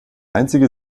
einzige